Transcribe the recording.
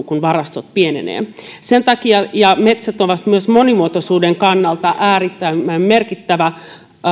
kun varastot pienenevät metsät ovat myös monimuotoisuuden kannalta äärimmäisen merkittävä